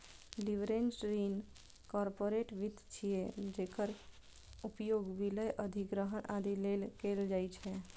leveraged ऋण corporate वित्त छियै, जेकर उपयोग विलय, अधिग्रहण, आदि लेल कैल जाइ छै